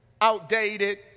outdated